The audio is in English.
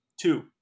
Two